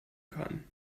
kann